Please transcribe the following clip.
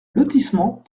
lotissement